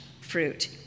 fruit